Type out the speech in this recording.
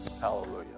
Hallelujah